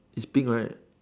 is pink right